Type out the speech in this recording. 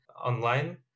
online